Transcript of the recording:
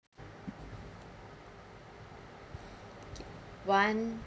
one